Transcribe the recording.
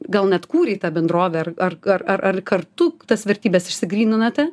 gal net kūrei tą bendrovę ar ar ar ar kartu tas vertybes išsigryninate